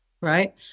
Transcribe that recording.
Right